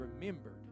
remembered